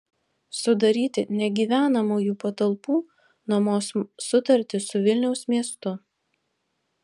sudaryti negyvenamųjų patalpų nuomos sutartį su vilniaus miestu